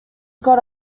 got